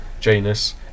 Janus